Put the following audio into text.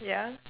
yeah